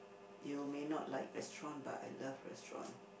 you may not like restaurant but I love restaurant